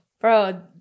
Bro